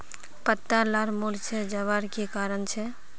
पत्ता लार मुरझे जवार की कारण छे?